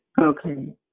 Okay